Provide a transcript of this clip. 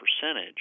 percentage